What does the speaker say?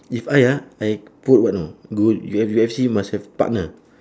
if I ah I put what know go U F U_F_C must have partner